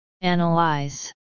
Analyze